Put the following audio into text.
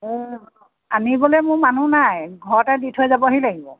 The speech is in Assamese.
এই আনিবলৈ মোৰ মানুহ নাই ঘৰতে দি থৈ যাবহি লাগিব